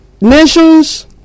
nations